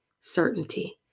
certainty